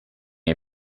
hai